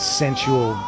sensual